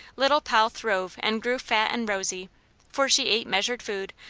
little poll throve and grew fat and rosy for she ate measured food,